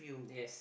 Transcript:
yes